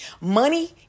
Money